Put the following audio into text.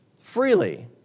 Freely